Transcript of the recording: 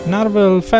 Marvel